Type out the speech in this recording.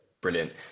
brilliant